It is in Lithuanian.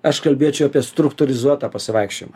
aš kalbėčiau apie struktūrizuotą pasivaikščiojimą